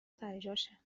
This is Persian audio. سرجاشه